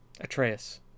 Atreus